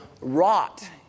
rot